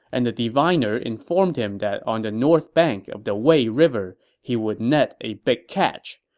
and the diviner informed him that on the north bank of the wei river, he would net a big catch,